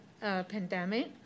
pandemic